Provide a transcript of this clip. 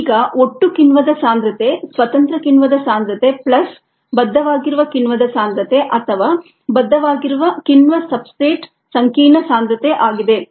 ಈಗ ಒಟ್ಟು ಕಿಣ್ವದ ಸಾಂದ್ರತೆ ಸ್ವತಂತ್ರ ಕಿಣ್ವದ ಸಾಂದ್ರತೆ ಪ್ಲಸ್ ಬದ್ಧವಾಗಿರುವ ಕಿಣ್ವದ ಸಾಂದ್ರತೆ ಅಥವಾ ಬದ್ಧವಾಗಿರುವ ಕಿಣ್ವ ಸಬ್ಸ್ಟ್ರೇಟ್ ಸಂಕೀರ್ಣ ಆಗಿದೆ